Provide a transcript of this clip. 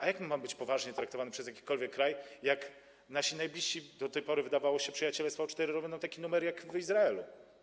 A jak mamy być poważnie traktowani przez jakikolwiek kraj, skoro nasi najbliżsi do tej pory wydawało się przyjaciele z V4 robią nam taki numer jak w Izraelu?